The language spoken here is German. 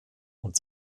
und